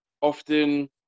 often